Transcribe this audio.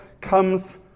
comes